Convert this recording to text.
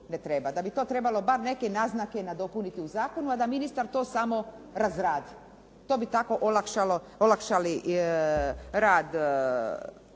da bi to trebalo bar neke naznake nadopuniti u zakonu, a da ministar to samo razradi. To bi tako olakšali rad